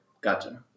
Gotcha